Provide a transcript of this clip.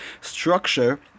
structure